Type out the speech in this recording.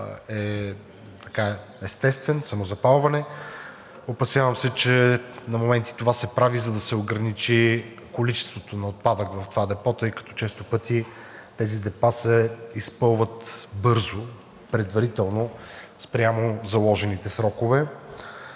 е естествен, самозапалване. Опасявам се, че на моменти това се прави, за да се ограничи количеството на отпадъка в това депо, тъй като често пъти тези депа се изпълват бързо, предварително спрямо заложените срокове.